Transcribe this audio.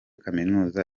kaminuza